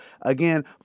Again